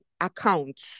account